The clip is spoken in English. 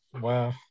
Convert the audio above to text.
Wow